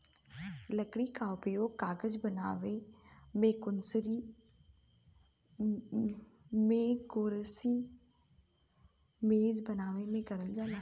लकड़ी क उपयोग कागज बनावे मेंकुरसी मेज बनावे में करल जाला